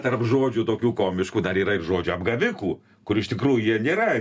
tarp žodžių tokių komiškų dar yra ir žodžių apgavikų kur iš tikrųjų jie nėra